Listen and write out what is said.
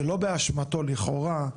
שלא באשמתו לכאורה,